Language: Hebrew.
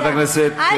חברת הכנסת השכל,